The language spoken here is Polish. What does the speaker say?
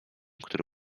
który